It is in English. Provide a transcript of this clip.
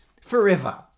forever